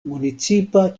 municipa